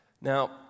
Now